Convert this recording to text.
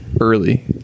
Early